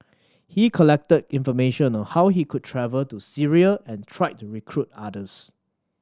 he collected information on how he could travel to Syria and tried to recruit others